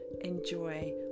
enjoy